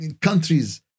countries